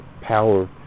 power